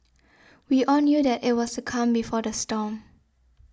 we all knew that it was the calm before the storm